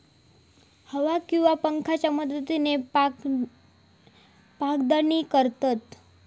हवा किंवा पंख्याच्या मदतीन पाखडणी करतत